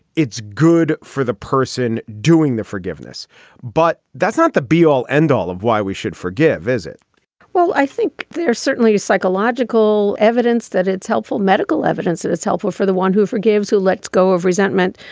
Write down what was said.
it's good for the person doing the forgiveness but that's not the be all end all of why we should forgive visit well i think there's certainly psychological evidence that it's helpful medical evidence that it's helpful for the one who forgives who lets go of resentment.